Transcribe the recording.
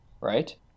Right